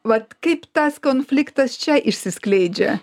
vat kaip tas konfliktas čia išsiskleidžia